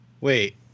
Wait